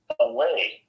away